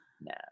No